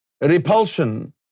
repulsion